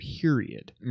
Period